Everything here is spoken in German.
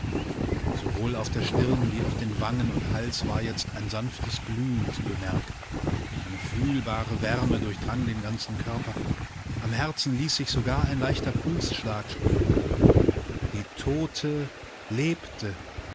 sowohl auf der stirn wie auf wangen und hals war jetzt ein sanftes glühen zu bemerken eine fühlbare wärme durchdrang den ganzen körper am herzen ließ sich sogar ein leichter pulsschlag spüren die tote lebte